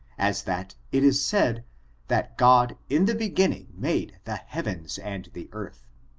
as that it is said that god in the beginning made the heavens and the earth.